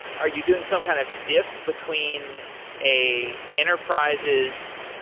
are you doing some kind of diff between a enterprises,